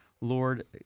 Lord